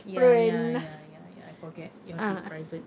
ya ya ya ya ya I forget yours is private